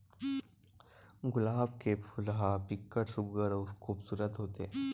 गुलाब के फूल ह बिकट सुग्घर अउ खुबसूरत होथे